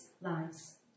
lives